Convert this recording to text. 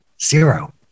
zero